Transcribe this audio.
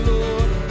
Lord